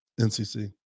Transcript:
NCC